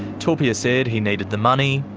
topia said he needed the money,